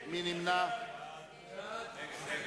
קבוצת סיעת